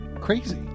crazy